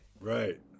Right